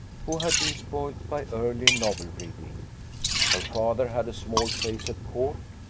who had been spoiled by early novel-reading. her father had a small place at court,